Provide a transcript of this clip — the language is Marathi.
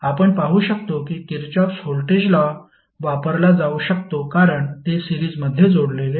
आपण पाहू शकतो की किरचॉफ व्होल्टेज लॉ वापरला जाऊ शकतो कारण ते सिरीजमध्ये जोडलेले आहेत